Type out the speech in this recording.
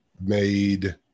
made